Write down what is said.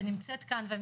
שנמצאת כאן,